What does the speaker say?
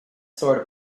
sort